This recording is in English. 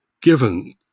Given